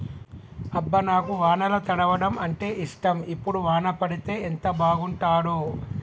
అబ్బ నాకు వానల తడవడం అంటేఇష్టం ఇప్పుడు వాన పడితే ఎంత బాగుంటాడో